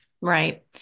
Right